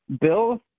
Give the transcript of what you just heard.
Bill